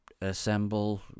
assemble